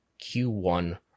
Q1